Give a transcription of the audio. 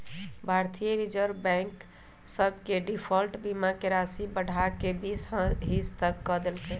भारतीय reserve bank bank सभ के डिफॉल्ट बीमा के राशि बढ़ा कऽ बीस हिस क देल्कै